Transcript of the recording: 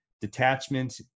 detachment